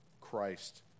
Christ